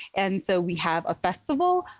and so we have a festival,